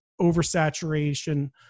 oversaturation